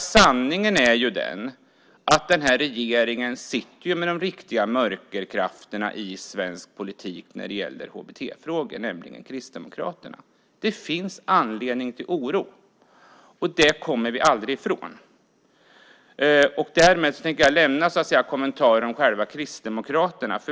Sanningen är att den här regeringen sitter med de riktiga mörkerkrafterna i svensk politik när det gäller HBT-frågor, nämligen Kristdemokraterna. Det finns anledning till oro. Det kommer vi aldrig ifrån. Därmed tänkte jag lämna kommentarerna till Kristdemokraterna.